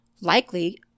likely